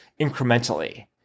incrementally